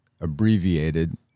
abbreviated